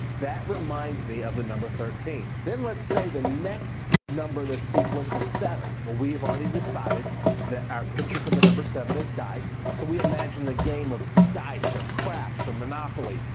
that reminds me of the number thirteen. then let's say the next number in the sequence was seven. well we've already decided that our picture for the number seven is dice, so we imagine the game of dice or craps or monopoly,